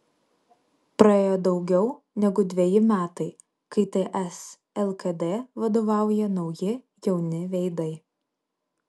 praėjo daugiau negu dveji metai kai ts lkd vadovauja nauji jauni veidai